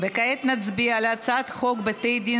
כעת נצביע על הצעת חוק הצעת חוק בתי דין